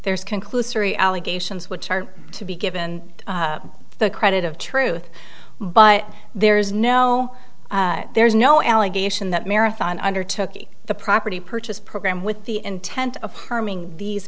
there's conclusory allegations which are to be given the credit of truth but there is no there's no allegation that marathon under took the property purchase program with the intent of harming these